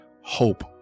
hope